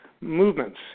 movements